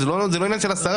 זה לא עניין של השרה,